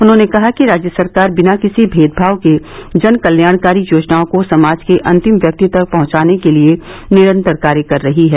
उन्होंने कहा कि राज्य सरकार बिना किसी भेदभाव के जन कल्याणकारी योजनाओं को समाज के अंतिम व्यक्ति तक पहुचाने के लिए निरंतर कार्य कर रही है